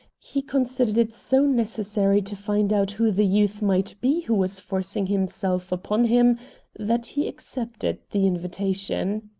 he considered it so necessary to find out who the youth might be who was forcing himself upon him that he accepted the invitation.